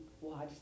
watch